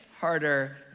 harder